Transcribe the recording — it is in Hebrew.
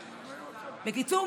בקיצור,